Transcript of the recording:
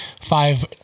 five